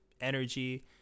energy